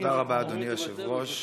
תודה רבה, אדוני היושב-ראש.